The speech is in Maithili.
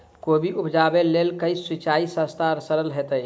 कोबी उपजाबे लेल केँ सिंचाई सस्ता आ सरल हेतइ?